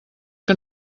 que